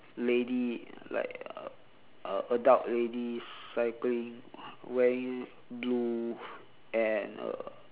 lady like uh adult lady cycling wearing blue and a